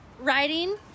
Riding